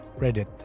Reddit